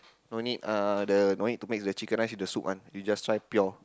no need uh the no need to mix the chicken rice with the soup [one] you just try pure